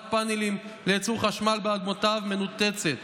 פאנלים לייצור חשמל באדמותיו מנותצת.